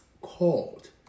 called